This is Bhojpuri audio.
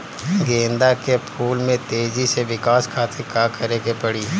गेंदा के फूल में तेजी से विकास खातिर का करे के पड़ी?